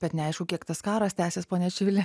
bet neaišku kiek tas karas tęsis pone čivili